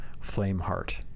Flameheart